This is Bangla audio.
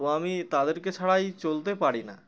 তো আমি তাদেরকে ছাড়াই চলতে পারি না